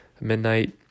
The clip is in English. midnight